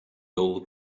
old